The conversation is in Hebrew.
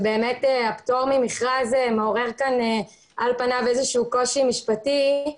שהפטור ממכרז מעורר כאן על פניו קושי משפטי.